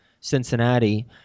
Cincinnati